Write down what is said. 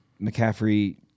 McCaffrey